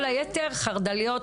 כל היתר חרד"ליות,